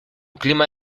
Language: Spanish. clima